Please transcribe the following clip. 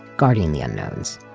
guarding the unknowns,